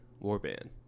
Warband